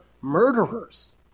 murderers